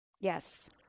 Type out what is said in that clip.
Yes